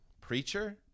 preacher